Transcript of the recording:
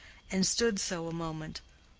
and stood so a moment,